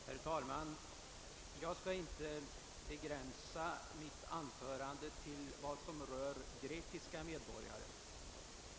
Herr talman! Jag skall inte begränsa mitt anförande till grekiska medborgare.